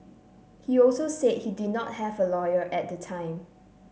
he also said he did not have a lawyer at the time